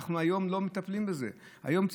אנחנו לא מטפלים בזה היום.